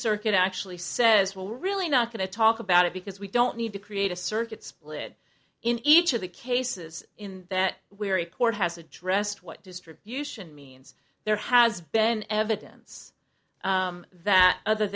circuit actually says we're really not going to talk about it because we don't need to create a circuit split in each of the cases in that weary court has addressed what distribution means there has been evidence that other